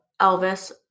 Elvis